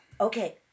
Okay